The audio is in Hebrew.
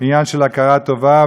עניין של הכרת טובה.